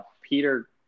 Peter